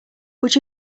would